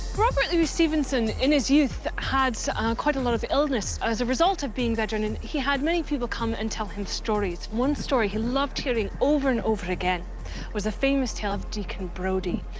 robert louis stevenson, in his youth, had so quite a lot of illness. as a result of being bedridden, he had many people come and tell him stories. one story he loved hearing over and over again was the famous tale of deacon brodie.